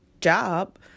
job